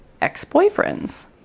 ex-boyfriends